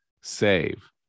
save